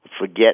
Forget